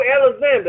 Alexander